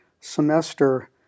semester